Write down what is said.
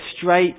straight